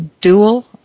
dual